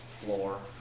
floor